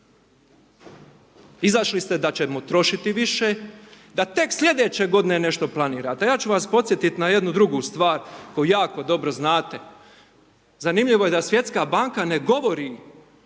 izašli ste da ćemo trošiti više, da tek sljedeće g. nešto planirate. Ja ću vas podsjetiti na jednu drugu stvar koju jako dobro znate. Zanimljivo je da Svjetska banka ne govori